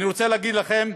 אני רוצה להגיד לכם,